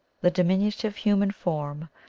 the diminutive human form,